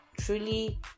truly